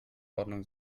ordnung